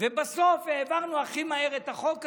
ובסוף העברנו הכי מהר את החוק הזה,